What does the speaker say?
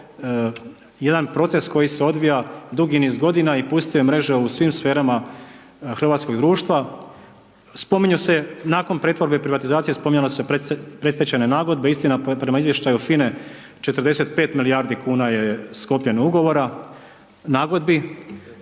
jedan proces koji se odvija dugi niz godina i pustio je mreže u svim sferama hrvatskog društva. Spominju se, nakon pretvorbe i privatizacije, spominjale su se predstečajne nagodbe. Istina, prema izvještaju FINA-e 45 milijardi kn je sklopljen ugovora nagodbi.